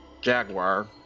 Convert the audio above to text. Jaguar